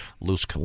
loose